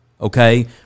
okay